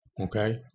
okay